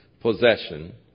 possession